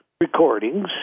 recordings